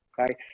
okay